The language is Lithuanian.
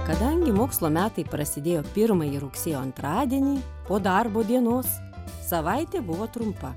kadangi mokslo metai prasidėjo pirmąjį rugsėjo antradienį po darbo dienos savaitė buvo trumpa